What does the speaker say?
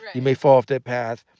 you may fall off that path,